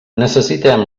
necessitem